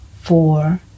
four